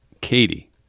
Katie